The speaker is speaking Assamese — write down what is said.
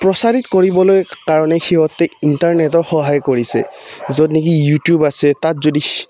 প্ৰচাৰিত কৰিবলৈ কাৰণে সিহঁতে ইণ্টাৰনেটৰ সহায় কৰিছে য'ত নেকি ইউটিউব আছে তাত যদি